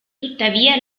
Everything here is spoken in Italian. tuttavia